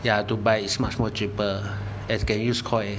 ya to buy is much more cheaper as can use coin